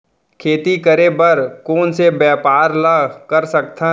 खेती करे बर कोन से व्यापार ला कर सकथन?